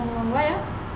!wah! why ah